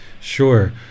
Sure